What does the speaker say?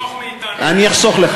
תחסוך מאתנו, אני אחסוך לך.